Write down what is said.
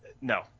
No